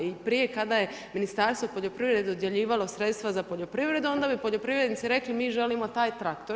I prije kada je Ministarstvo poljoprivrede dodjeljivalo sredstva za poljoprivredu onda bi poljoprivrednici rekli mi želimo taj traktor.